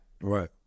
Right